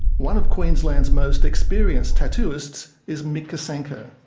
one of queensland most experienced tattooists is mick kosenko.